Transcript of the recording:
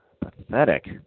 pathetic